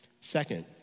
Second